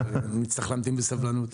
אבל נצטרך להמתין בסבלנות.